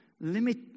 limit